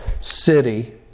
city